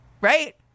right